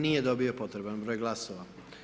Nije dobio potreban broj glasova.